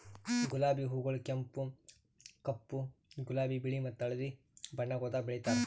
ಗುಲಾಬಿ ಹೂಗೊಳ್ ಕೆಂಪು, ಕಪ್ಪು, ಗುಲಾಬಿ, ಬಿಳಿ ಮತ್ತ ಹಳದಿ ಬಣ್ಣಗೊಳ್ದಾಗ್ ಬೆಳೆತಾರ್